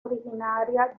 originaria